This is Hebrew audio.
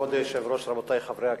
כבוד היושב-ראש, רבותי חברי הכנסת,